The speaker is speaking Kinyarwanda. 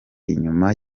inyuma